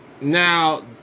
Now